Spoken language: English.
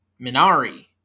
Minari